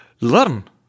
learn